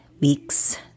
weeks